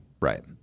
Right